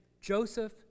Joseph